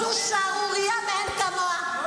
זו שערורייה מאין כמוה,